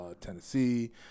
Tennessee